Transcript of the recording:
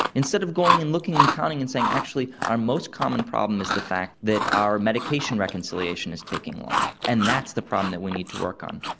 instead of going and looking and counting and saying actually our most common problem is the fact that our medication reconciliation is taking long and that's the problem that we need to work on.